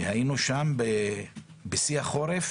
בשיא החורף